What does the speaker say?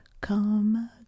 come